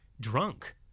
drunk